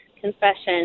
confession